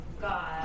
God